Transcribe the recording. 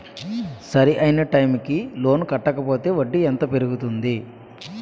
సరి అయినా టైం కి లోన్ కట్టకపోతే వడ్డీ ఎంత పెరుగుతుంది?